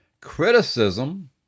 criticism